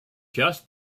just